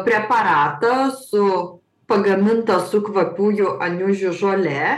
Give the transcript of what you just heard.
preparatą su pagamintą su kvapiųjų aniužių žole